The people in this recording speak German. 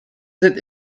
sind